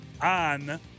on